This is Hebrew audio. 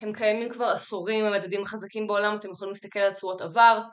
הם קיימים כבר עשורים, הם המדדים החזקים בעולם, אתם יכולים להסתכל על תשואות עבר.